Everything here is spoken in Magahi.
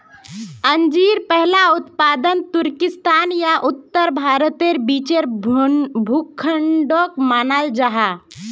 अंजीर पहला उत्पादन तुर्किस्तान या उत्तर भारतेर बीचेर भूखंडोक मानाल जाहा